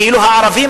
כאילו הערבים,